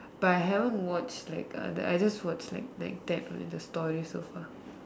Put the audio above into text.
but I haven't watch like uh the I just watch like like that only the story so far